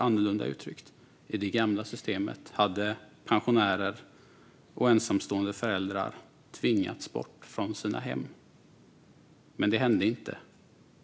Annorlunda uttryckt: I det gamla systemet hade pensionärer och ensamstående föräldrar tvingats bort från sina hem.